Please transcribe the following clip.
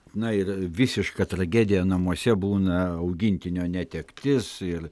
na ir visiška tragedija namuose būna augintinio netektis ir